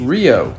Rio